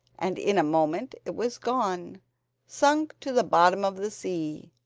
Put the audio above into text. and in a moment it was gone sunk to the bottom of the sea.